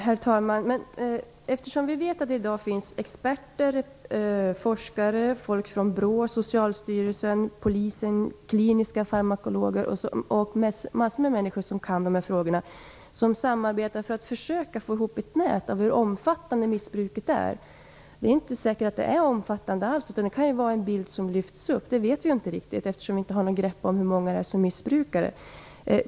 Herr talman! Vi vet att det i dag finns mängder av experter i form av forskare, folk från BRÅ, Socialstyrelsen och polisen, kliniska farmakologer osv. som kan dessa frågor och som samarbetar för att försöka få till stånd ett nät som visar hur omfattande missbruket är. Det är inte alls så säkert att det är så omfattande - att så skulle vara fallet kan vara en bild som lyfts fram. Vi har inte har något grepp om hur många missbrukarna är.